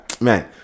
Man